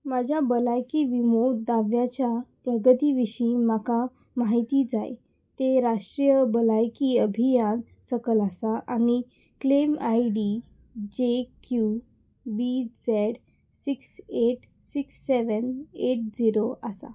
म्हज्या भलायकी विमो दाव्याच्या प्रगती विशीं म्हाका म्हायती जाय तें राष्ट्रीय भलायकी अभियान सकल आसा आनी claim I D J Q B Z six eight six seven eight zero आसा